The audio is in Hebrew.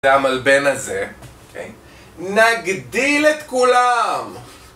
והמלבן הזה, נגדיל את כולם!